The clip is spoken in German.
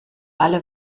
alle